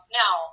now